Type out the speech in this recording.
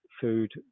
food